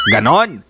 Ganon